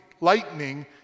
lightning